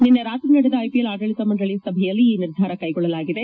ನಿನ್ನೆ ರಾತ್ರಿ ನಡೆದ ಐಪಿಎಲ್ ಆಡಳಿತ ಮಂಡಳಿಯ ಸಭೆಯಲ್ಲಿ ಈ ನಿರ್ಧಾರ ಕೈಗೊಳ್ಳಲಾಗಿದೆ